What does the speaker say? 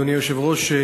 אדוני היושב-ראש,